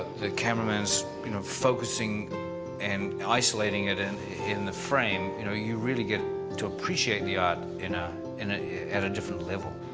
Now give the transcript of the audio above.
the cameraman's, you know, focusing and isolating it in in the frame, you know, you really get to appreciate the art in ah in a at a different level.